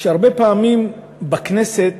הרבה פעמים בכנסת